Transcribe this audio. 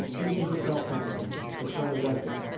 even to southampton, the friend of essex,